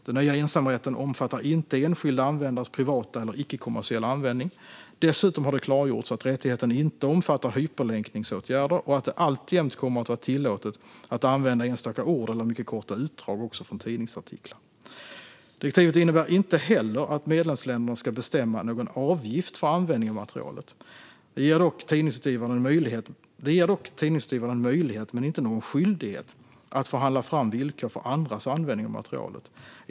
Den nya ensamrätten omfattar inte enskilda användares privata eller icke-kommersiella användning. Dessutom har det klargjorts att rättigheten inte omfattar hyperlänkningsåtgärder och att det alltjämt kommer att vara tillåtet att använda enstaka ord eller mycket korta utdrag också från tidningsartiklar. Direktivet innebär inte heller att medlemsländerna ska bestämma någon avgift för användning av materialet. Det ger dock tidningsutgivarna en möjlighet - men inte någon skyldighet - att förhandla fram villkor för andras användning av materialet.